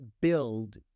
build